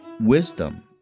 wisdom